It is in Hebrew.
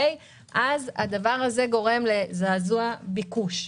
זה גורם לזעזוע ביקוש.